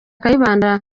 kayibanda